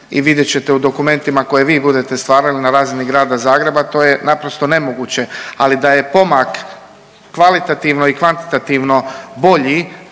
i vidjet ćete u dokumentima koje vi budete stvarali na razini Grada Zagreba to je naprosto nemoguće, ali da je pomak kvalitativno i kvantitativno bolji